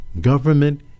Government